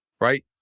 right